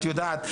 את יודעת,